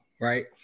right